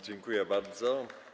Dziękuję bardzo.